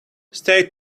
stay